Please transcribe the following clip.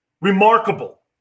Remarkable